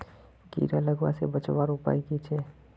कीड़ा लगवा से बचवार उपाय की छे?